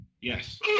Yes